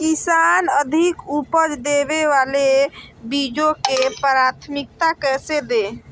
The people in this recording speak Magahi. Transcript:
किसान अधिक उपज देवे वाले बीजों के प्राथमिकता कैसे दे?